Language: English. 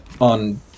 on